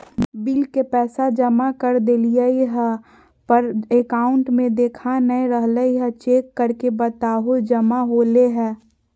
Bill के पैसा जमा कर देलियाय है पर अकाउंट में देखा नय रहले है, चेक करके बताहो जमा होले है?